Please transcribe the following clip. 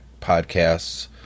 podcasts